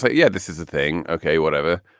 but yeah. this is the thing. okay, whatever.